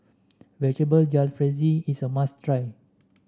Vegetable Jalfrezi is a must try